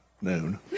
noon